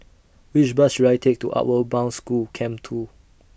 Which Bus should I Take to Outward Bound School Camp two